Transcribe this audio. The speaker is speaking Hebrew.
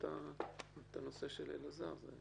את הנושא של אלעזר?